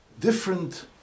different